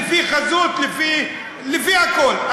לפי חזות, לפי הכול.